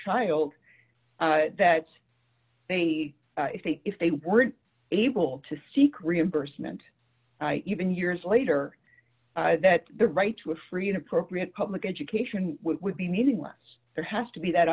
child that they if they if they weren't able to seek reimbursement even years later that the right to a free and appropriate public education would be meaningless there has to be that